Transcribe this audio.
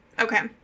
Okay